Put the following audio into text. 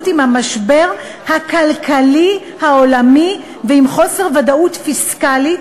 עם המשבר הכלכלי העולמי ועם חוסר ודאות פיסקלית,